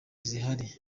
zihari